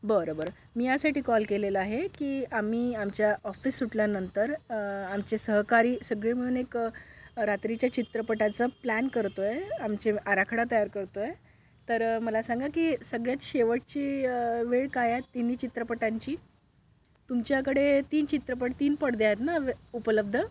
बर बरं मी यासाठी कॉल केलेला आहे की आम्ही आमच्या ऑफिस सुटल्यानंतर आमचे सहकारी सगळे मिळून एक रात्रीच्या चित्रपटाचा प्लॅन करतो आहे आमचे आराखडा तयार करतो आहे तर मला सांगा की सगळ्यात शेवटची वेळ काय आहेत तिन्ही चित्रपटांची तुमच्याकडे तीन चित्रपट तीन पडदे आहेत ना वे उपलब्ध